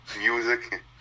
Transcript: music